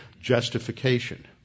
justification